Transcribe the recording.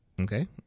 Okay